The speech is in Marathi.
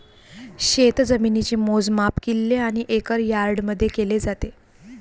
शेतजमिनीचे मोजमाप किल्ले आणि एकर यार्डमध्ये केले जाते